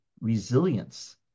resilience